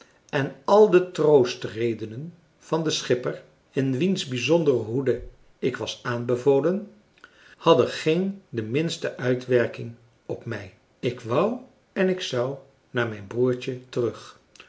en al de troostredenen van den schipper in wiens bijzondere hoede ik was aanbevolen hadden geen de minste uitwerking op mij ik wou en ik zou naar mijn broertje terug